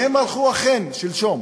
והם הלכו, אכן, שלשום,